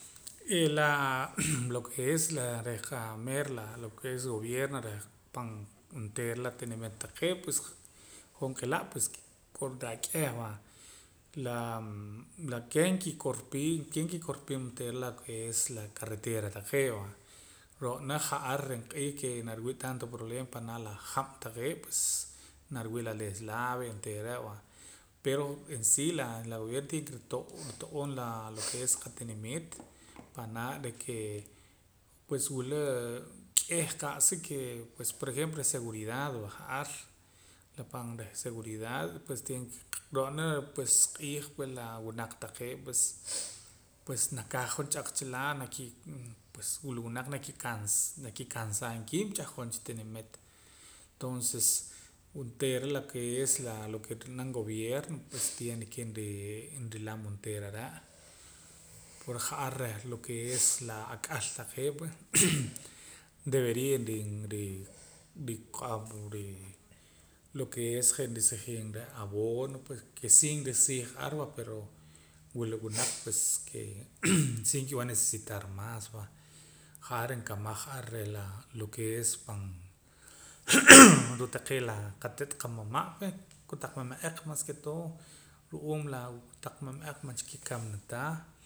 Laa lo ke es laqa meer lo ke es la gobierno reh pan onteera la tinimit taqee' pues hoj nqila' pues koon raa k'eh va la laa keh nkikorpii keh nkikorpii onteera lo ke es la carretera taqee' va ro'na ja'ar q'iij ke nariwii' tanto problema panaa' la hab' taqee' pues nariwii' la deslave y onteera are' va pero en si la gobierno tiene ke nrito' rito'oom la lo ke es qatinimiit panaa' re kee pues wula k'eh qa'sa kee pues por ejemplo reh seguridad va ja'ar la pan reh seguridad pues tiene ke reh ro'na pues q'iij pue la wunaq taqee' pues pues nakaja jonch'aq cha lado naki pues wula wunaq nakikans nakikansaam kiib' ch'ajqon cha tinimit tonces onteera lo ke es lo ke ri'mam gobierno pues tiene ke nrii nrilam onteera are' pue ja'ar lo ke es laa ak'al taqee' pue debería nrii nrii lo ke es je' nrisijiim reh abono pue ke si nrisiij ar va pero wula wunaq pues ke si nkib'an ar necesitar más va ja'ar nkamaj ar reh la lo ke es la pan ruu' taqee' laa qate't qamama' pue kotaq mama'aq mas ke todo ru'uum la taq mama'aq man cha ki'kamana ta